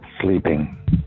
sleeping